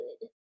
Good